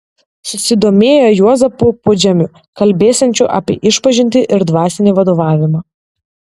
susidomėjo juozapu pudžemiu kalbėsiančiu apie išpažintį ir dvasinį vadovavimą